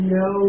no